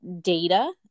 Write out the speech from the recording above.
data